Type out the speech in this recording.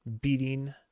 beating